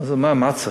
אז הוא אמר: מה צריך?